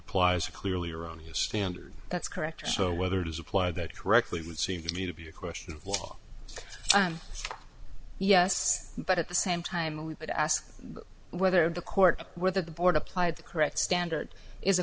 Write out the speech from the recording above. applies to clearly erroneous standard that's correct so whether it is apply that correctly would seem to me to be a question of law yes but at the same time we would ask whether the court whether the board applied the correct standard is a